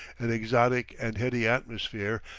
an exotic and heady atmosphere,